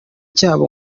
cyabo